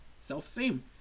self-esteem